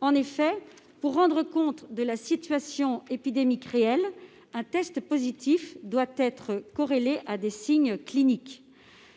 En effet, pour rendre compte de la situation épidémique réelle, un test positif doit être corrélé à des signes cliniques.